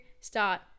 start